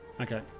Okay